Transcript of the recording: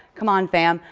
c'mon fam.